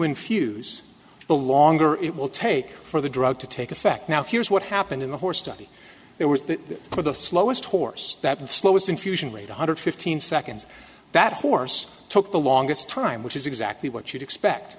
infuse the longer it will take for the drug to take effect now here's what happened in the horse study it was that of the slowest horse that the slowest infusion rate one hundred fifteen seconds that horse took the longest time which is exactly what you'd expect